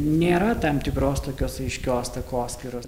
nėra tam tikros tokios aiškios takoskyros